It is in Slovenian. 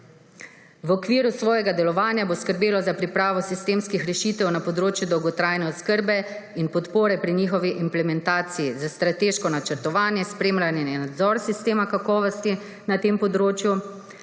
V okviru svojega delovanja bo skrbelo za pripravo sistemskih rešitev na področju dolgotrajne oskrbe in podpore pri njihovi implementaciji, za strateško načrtovanje, spremljanje in nadzor sistema kakovosti na tem področju,